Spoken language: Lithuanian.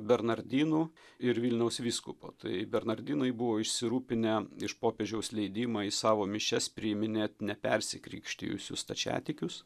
bernardinų ir vilniaus vyskupo tai bernardinai buvo išsirūpinę iš popiežiaus leidimą į savo mišias priiminėt nepersikrikštijusius stačiatikius